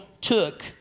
took